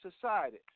society